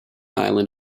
island